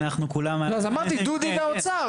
אז אמרתי, דודי והאוצר.